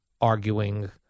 arguing